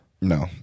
No